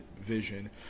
vision